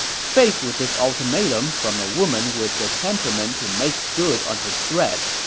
faced with this ultimatum from a woman with the temperament to make good on her threat,